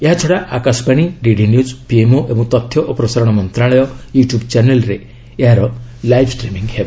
ଏହାଛଡ଼ା Akashvani DD news PMO ଏବଂ ତଥ୍ୟ ଓ ପ୍ରସାରଣ ମନ୍ତ୍ରଣାଳୟ ୟୁଟ୍ୟୁବ୍ ଚ୍ୟାନେଲ୍ରେ ଏହାର ଲାଇଭ୍ ଷ୍ଟ୍ରିମିଙ୍ଗ୍ ହେବ